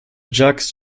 jacques